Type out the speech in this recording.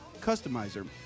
customizer